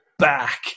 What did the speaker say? back